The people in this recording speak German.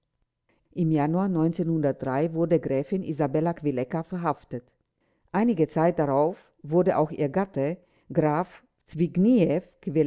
im januar wurde gräfin isabella kwilecka verhaftet einige zeit darauf wurde auch ihr gatte grat